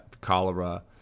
cholera